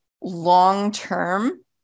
long-term